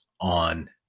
on